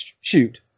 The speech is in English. shoot